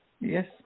Yes